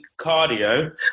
cardio